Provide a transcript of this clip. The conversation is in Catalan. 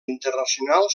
internacional